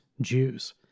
Jews